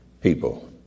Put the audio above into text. people